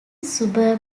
suburb